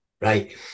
Right